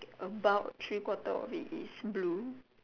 about three quarter of it is blue